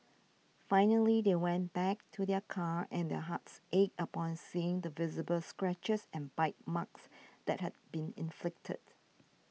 finally they went back to their car and their hearts ached upon seeing the visible scratches and bite marks that had been inflicted